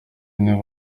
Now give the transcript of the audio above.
nibo